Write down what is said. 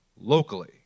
locally